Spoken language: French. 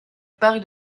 parc